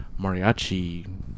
mariachi